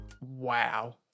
Wow